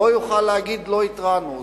ולא יוכל להגיד: לא התרענו.